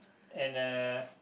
and uh